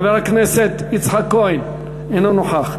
חבר הכנסת יצחק כהן, אינו נוכח.